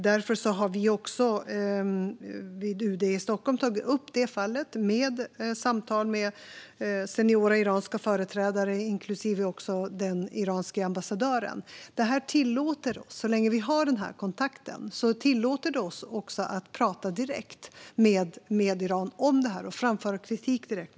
Därför har vi på UD i Stockholm också tagit upp det fallet i samtal med seniora iranska företrädare, inklusive den iranske ambassadören. Så länge vi har denna kontakt tillåter det oss att prata direkt med Iran om detta och framföra kritik direkt.